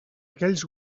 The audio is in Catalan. aquells